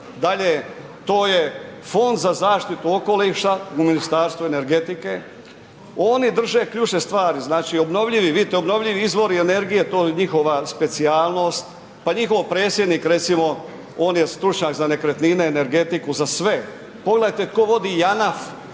Dalje, to je Fond za zaštitu okoliša u Ministarstvu energetike, oni drže ključne stvari, znači obnovljivi izvori energije, to je njihova specijalnost. Pa njihov predsjednik recimo on je stručnjak za nekretnine, energetiku za sve. Pogledajte tko vodi JANAF